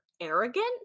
arrogant